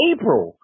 April